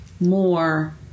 more